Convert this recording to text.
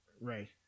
Right